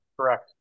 Correct